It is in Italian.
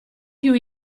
più